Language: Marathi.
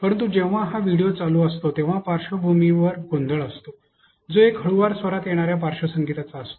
परंतु जेव्हा हा व्हिडिओ चालू असतो तेव्हा पार्श्वभूमीवर गोंधळ असतो जो एका हळूवार स्वरात येणाऱ्या पार्श्वसंगीताचा असतो